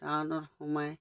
টাউনত সোমাই